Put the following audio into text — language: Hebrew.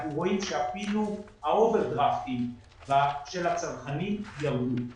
אנחנו רואים שאפילו ה-אובר דרפטים של הצרכנים ירוד.